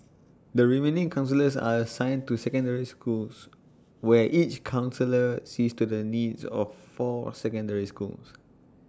the remaining counsellors are assigned to secondary schools where each counsellor sees to the needs of four secondary schools